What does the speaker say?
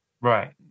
Right